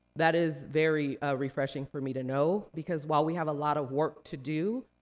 that is very refreshing for me to know, because while we have a lot of work to do,